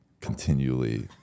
continually